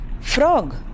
Frog